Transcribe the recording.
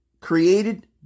created